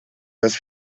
das